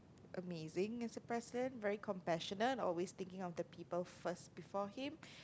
amazing as a President very compassionate always thinking of the people first before him